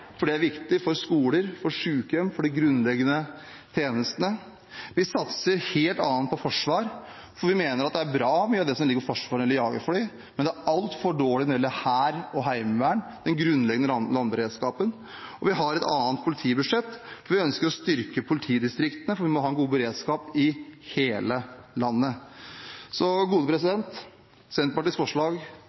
for det er viktig for skoler, for sykehjem, for de grunnleggende tjenestene. Vi satser helt annerledes på forsvar, for vi mener at mye av det som ligger inne til forsvar knyttet til jagerfly, er bra, men det er altfor dårlig når det gjelder hær og heimevern, den grunnleggende landberedskapen. Vi har et annet politibudsjett. Vi ønsker å styrke politidistriktene, for vi må ha en god beredskap i hele landet. Senterpartiets forslag